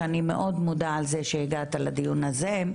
שאני מאוד מודה על זה שהגעת לדיון הזה,